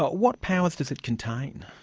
but what powers does it contain?